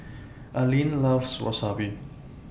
Allyn loves Wasabi